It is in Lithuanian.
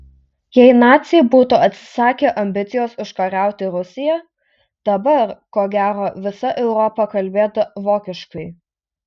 jei naciai būtų atsisakę ambicijos užkariauti rusiją dabar ko gero visa europa kalbėtų vokiškai